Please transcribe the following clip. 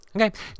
Okay